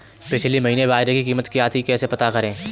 पिछले महीने बाजरे की कीमत क्या थी कैसे पता करें?